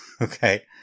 okay